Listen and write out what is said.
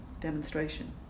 demonstration